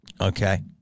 Okay